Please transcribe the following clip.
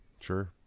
Sure